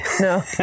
no